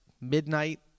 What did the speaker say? midnight